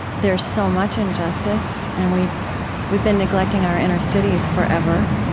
there's so much injustice, and we've we've been neglecting our inner cities forever,